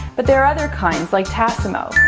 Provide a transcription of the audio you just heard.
but there are other kinds, like tassimo.